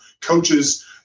coaches